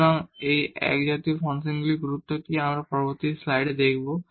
সুতরাং এই একজাতীয় ফাংশনগুলির গুরুত্ব কী আমরা পরবর্তী স্লাইডে দেখব